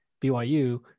BYU